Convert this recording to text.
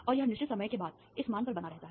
और यह निश्चित समय के बाद इस मान पर बना रहता है